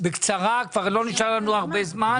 בקצרה, כבר לא נשאר לנו הרבה זמן.